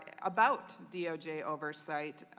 about doj oversight.